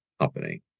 company